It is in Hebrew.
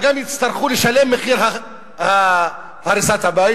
גם יצטרכו לשלם את מחיר הריסת הבית,